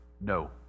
No